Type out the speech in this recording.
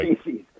species